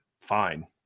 fine